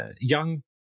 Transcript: young